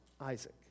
Isaac